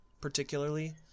particularly